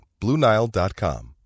BlueNile.com